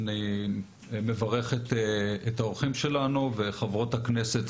אני מברך את האורחים שלנו ואת חברות הכנסת,